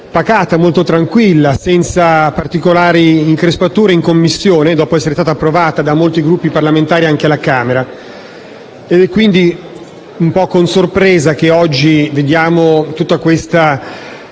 e tranquilla, senza particolari increspature in Commissione, dopo essere stato approvato da molti Gruppi parlamentari anche alla Camera dei deputati. È quindi un po' con sorpresa che oggi vediamo tutta questa